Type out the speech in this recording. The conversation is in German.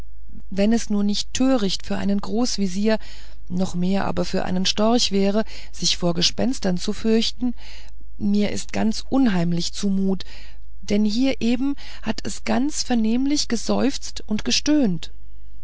wenn es nur nicht töricht für einen großvezier noch mehr aber für einen storchen wäre sich vor gespenstern zu fürchten mir ist ganz unheimlich zumut denn hier neben hat es ganz vernehmlich geseufzt und gestöhnt